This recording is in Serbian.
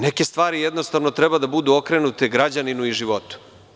Neke stvari treba da budu okrenute građaninu i životu.